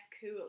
cool